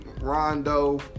Rondo